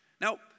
Now